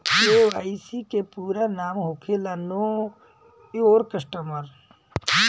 KYC के पूरा नाम होखेला नो योर कस्टमर